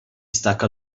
stacca